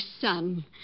son